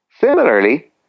Similarly